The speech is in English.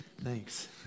thanks